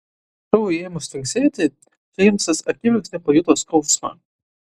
kraujui ėmus tvinksėti džeimsas akimirksniu pajuto skausmą